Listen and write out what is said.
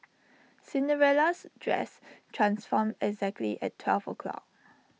Cinderella's dress transformed exactly at twelve o'clock